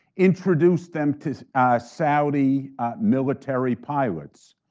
introduced them to saudi military pilots,